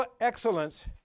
excellence